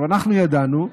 אנחנו ידענו,